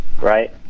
right